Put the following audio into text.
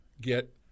get